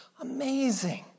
amazing